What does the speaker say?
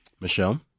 Michelle